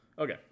Okay